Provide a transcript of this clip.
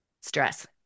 stress